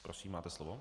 Prosím, máte slovo.